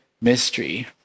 mystery